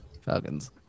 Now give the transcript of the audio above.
Falcons